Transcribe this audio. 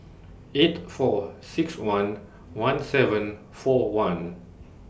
eight four six one one seven four one